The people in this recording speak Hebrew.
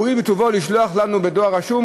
והואיל בטובו לשלוח לנו דואר רשום,